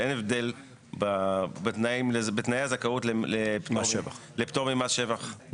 אין הבדל בתנאי הזכאות לפטור ממס שבח.